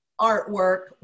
artwork